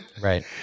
Right